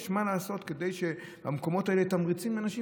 יש מה לעשות לגבי המקומות האלה: תמריצים לאנשים.